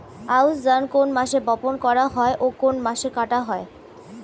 আউস ধান কোন মাসে বপন করা হয় ও কোন মাসে কাটা হয়?